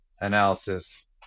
analysis